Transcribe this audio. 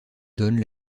donne